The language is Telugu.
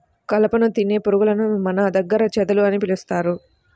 కలపను తినే పురుగులను మన దగ్గర చెదలు అని పిలుస్తారు